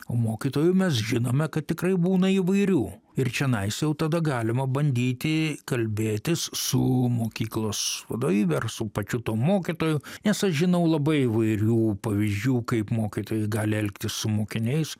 o mokytojų mes žinome kad tikrai būna įvairių ir čionais jau tada galima bandyti kalbėtis su mokyklos vadovybe ar su pačiu tuo mokytoju nes aš žinau labai įvairių pavyzdžių kaip mokytojai gali elgtis su mokiniais